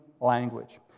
language